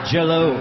Jello